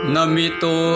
Namito